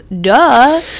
duh